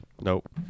Nope